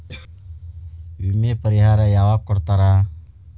ವಿಮೆ ಪರಿಹಾರ ಯಾವಾಗ್ ಕೊಡ್ತಾರ?